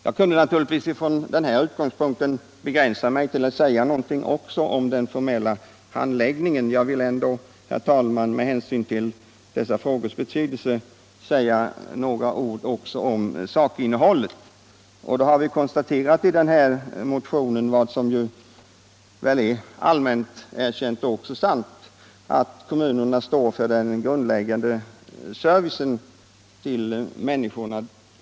Jag kunde naturligtvis från den utgångspunkten också begränsa mig till att säga någonting om den formella handläggningen, men jag vill ändå med hänsyn till dessa frågors betydelse också beröra sakinnehållet. Vi har i motionen konstaterat vad som är allmänt känt, att kommunerna står för den grundläggande servicen till människorna.